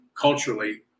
culturally